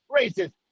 racist